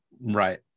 Right